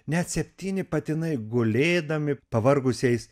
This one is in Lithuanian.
net septyni patinai gulėdami pavargusiais